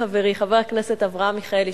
חברי חבר הכנסת אברהם מיכאלי,